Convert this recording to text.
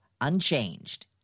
unchanged